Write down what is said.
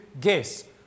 guess